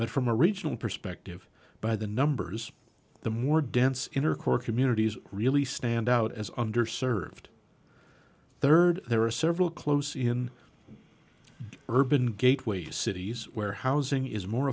but from a regional perspective by the numbers the more dense inner core communities really stand out as under served rd there are several close in urban gateway cities where housing is more